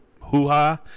hoo-ha